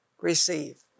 Receive